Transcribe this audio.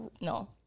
no